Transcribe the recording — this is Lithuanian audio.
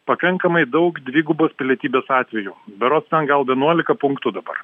pakankamai daug dvigubos pilietybės atvejų berods gal vienuolika punktų dabar